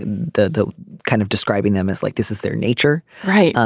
the the kind of describing them as like this is their nature right.